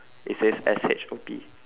it says S H O P